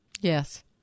Yes